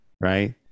Right